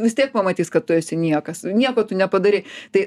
vis tiek pamatys kad tu esi niekas nieko tu nepadarei tai